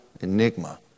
enigma